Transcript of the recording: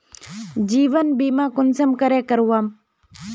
जीवन बीमा कुंसम करे करवाम?